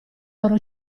loro